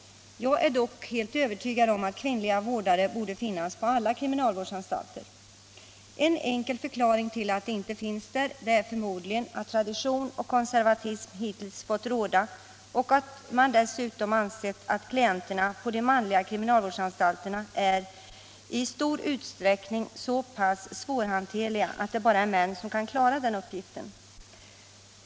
Jag är dock helt övertygad om att kvinnliga vårdare borde finnas på alla kriminalvårdsanstalter. En enkel förklaring till att så inte är fallet är troligen att tradition och konservatism hittills fått råda och att man dessutom ansett att klienterna på de manliga kriminalvårdsanstalterna i stor utsträckning är så pass svårhanterliga att det bara är män som kan klara vårduppgiften.